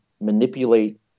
manipulate